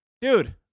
Dude